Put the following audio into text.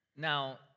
Now